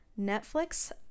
Netflix